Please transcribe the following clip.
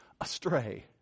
astray